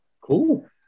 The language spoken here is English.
Cool